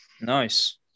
Nice